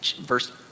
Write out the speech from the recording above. verse